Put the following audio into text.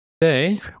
today